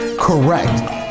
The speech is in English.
correct